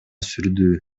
сүрдүү